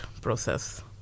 process